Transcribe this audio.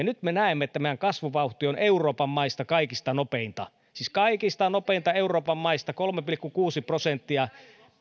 nyt me näemme että meidän kasvuvauhtimme on euroopan maista kaikista nopeinta siis kaikista nopeinta euroopan maista kolme pilkku kuusi prosenttia